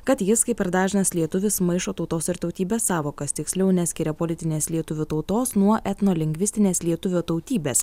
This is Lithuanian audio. kad jis kaip ir dažnas lietuvis maišo tautos ir tautybės sąvokas tiksliau neskiria politinės lietuvių tautos nuo etnolingvistinės lietuvio tautybės